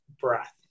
Breath